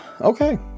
okay